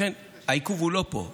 לכן, העיכוב הוא לא פה.